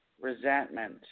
resentment